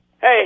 hey